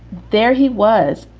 there he was,